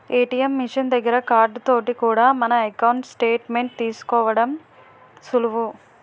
ATM machine దగ్గర card తోటి కూడా మన ఎకౌంటు స్టేట్ మెంట్ తీసుకోవడం సులువు